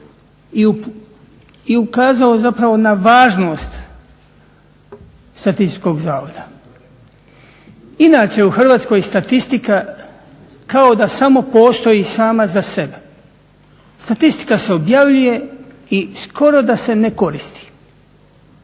i ukazao zapravo na važnost Statističkog zavoda. Inače u Hrvatskoj statistika kao da samo postoji sama za sebe. Statistika se objavljuje i skoro da se ne koristi,